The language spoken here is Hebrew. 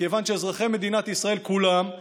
מכיוון שאזרחי מדינת ישראל כולם,